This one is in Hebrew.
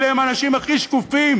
אלה הם האנשים הכי שקופים,